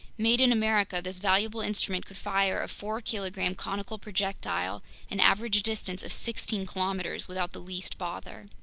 made in america, this valuable instrument could fire a four-kilogram conical projectile an average distance of sixteen kilometers without the least bother.